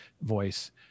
voice